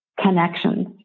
connections